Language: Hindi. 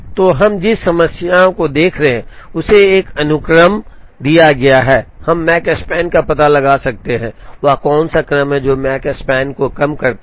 तो हम जिस समस्या को देख रहे हैं उसे एक अनुक्रम दिया गया है हम माकस्पैन का पता लगा सकते हैं वह कौन सा क्रम है जो माकस्पैन को कम करता है